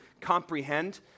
comprehend